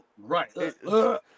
Right